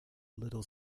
little